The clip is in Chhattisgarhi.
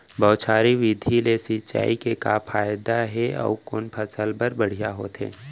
बौछारी विधि ले सिंचाई के का फायदा हे अऊ कोन फसल बर बढ़िया होथे?